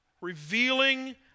revealing